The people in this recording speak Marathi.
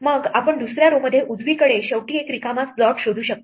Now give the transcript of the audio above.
मग आपण दुसऱ्या row मध्ये उजवीकडे शेवटी एक रिकामा स्लॉट शोधू शकतो